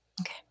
Okay